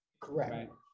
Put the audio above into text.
Correct